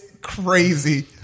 crazy